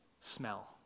smell